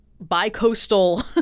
bi-coastal